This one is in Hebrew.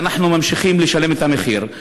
ואנחנו ממשיכים לשלם את המחיר.